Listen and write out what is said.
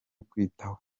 kwitaho